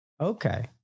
Okay